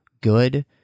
good